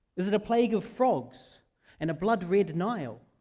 is it a plague of frogs and a blood-red nile?